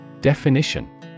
Definition